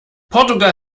portugal